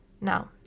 Now